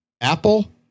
Apple